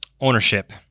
Ownership